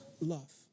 love